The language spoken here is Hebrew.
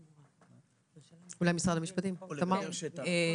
תמר, בבקשה.